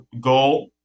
goal